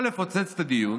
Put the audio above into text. או לפוצץ את הדיון